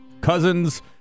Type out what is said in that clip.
Cousins